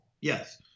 Yes